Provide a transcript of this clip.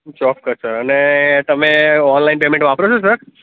ચોક્કસ અને તમે ઑનલાઈન પેમેન્ટ વાપરો છો સર